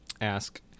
ask